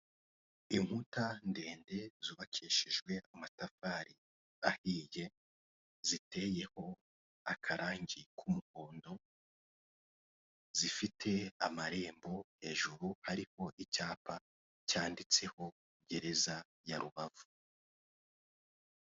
Inkuta ndende zubakishijwe amatafari ahiye ziteyeho akarangi k'umuhondo, zifite amarembo hejuru hariho icyapa cyanditseho gereza ya Rubavu.